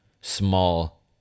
small